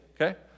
okay